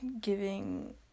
giving